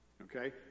okay